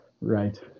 right